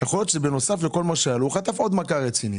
יכול להיות שבנוסף לכל מה שהיה לו הוא חטף עוד מכה רצינית.